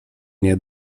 nie